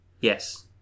Yes